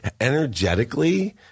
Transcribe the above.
energetically